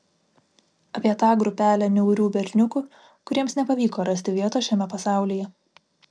apie tą grupelę niaurių berniukų kuriems nepavyko rasti vietos šiame pasaulyje